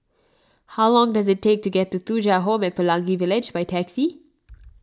how long does it take to get to Thuja Home at Pelangi Village by taxi